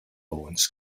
loans